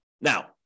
Now